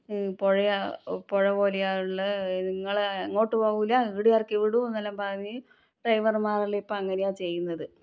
പുഴയാണ് പുഴ പോലെയുള്ള ഇങ്ങൾ ഇങ്ങോട്ട് പോവില്ല ഈടെ ഇറക്കി വിടും എന്നെല്ലാം പറഞ്ഞ് ഡ്രൈവർമാരെല്ലാം ഇപ്പോൾ അങ്ങനെയാണ് ചെയ്യുന്നത്